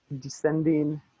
descending